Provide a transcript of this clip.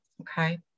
okay